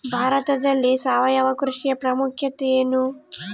ಭಾರತದಲ್ಲಿ ಸಾವಯವ ಕೃಷಿಯ ಪ್ರಾಮುಖ್ಯತೆ ಎನು?